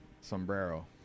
Sombrero